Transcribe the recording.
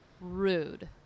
Rude